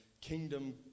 kingdom